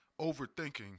overthinking